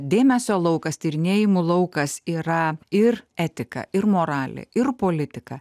dėmesio laukas tyrinėjimų laukas yra ir etika ir moralė ir politika